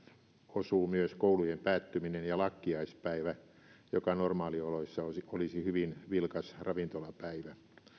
osuu myös koulujen päättyminen ja lakkiaispäivä joka normaalioloissa olisi olisi hyvin vilkas ravintolapäivä